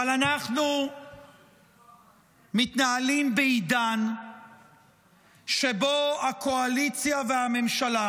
אבל אנחנו מתנהלים בעידן שבו הקואליציה והממשלה,